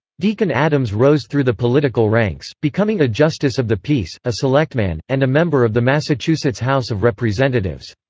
deacon adams rose through the political ranks, becoming a justice of the peace, a selectman, and a member of the massachusetts house of representatives.